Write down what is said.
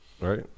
right